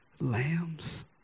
lambs